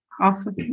Awesome